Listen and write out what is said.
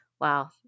Wow